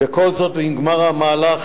וכל זאת עד גמר המהלך,